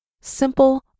simple